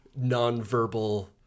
nonverbal